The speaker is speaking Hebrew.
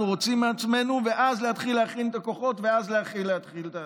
רוצים מעצמנו ואז להתחיל להכין את הכוחות ואז להתחיל את זה.